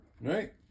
Right